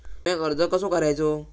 विम्याक अर्ज कसो करायचो?